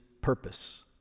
purpose